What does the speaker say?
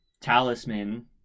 talisman